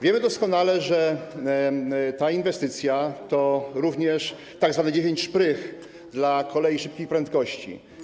Wiemy doskonale, że ta inwestycja to również tzw. dziewięć szprych dla kolei szybkich prędkości.